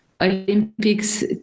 Olympics